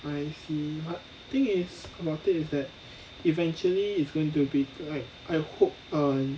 I see but thing is about it is that eventually is going to be like I hope err